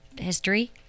history